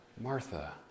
Martha